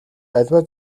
аливаа